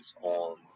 on